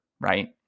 right